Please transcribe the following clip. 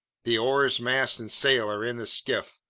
the oars, mast, and sail are in the skiff.